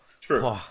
True